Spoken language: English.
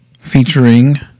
Featuring